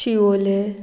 Siolim